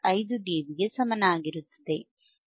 5 ಡಿಬಿಗೆ ಸಮನಾಗಿರುತ್ತದೆ